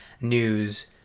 news